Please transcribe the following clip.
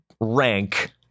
rank